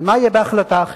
אבל מה יהיה בהחלטה אחרת?